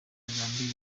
yagambiriye